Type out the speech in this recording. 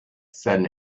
sudden